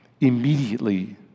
Immediately